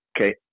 Okay